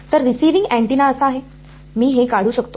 तर रिसिविंग अँटिनाअसा आहे मी हे काढू शकतो